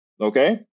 okay